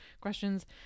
questions